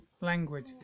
language